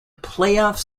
playoff